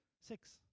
six